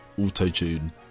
auto-tune